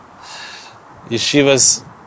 Yeshivas